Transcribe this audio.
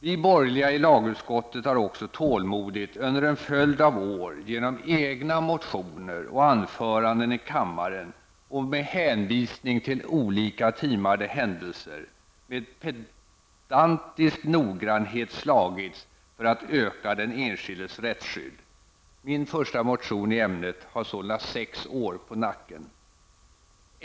Vi borgerliga i lagutskottet har också tålmodigt under en följd av år genom egna motioner och anföranden i kammaren och med hänvisningar till olika timade händelser med pedantisk noggrannhet slagits för att öka den enskildes rättsskydd; min första motion i ämnet har sålunda sex år på nacken.